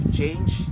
change